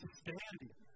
standing